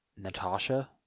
Natasha